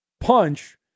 punch